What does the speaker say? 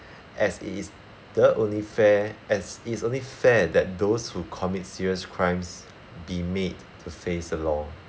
as it is the only fair as it's only fair that those who commit serious crimes be made to face the law